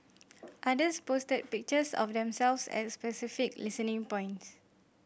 others posted pictures of themselves at specific listening points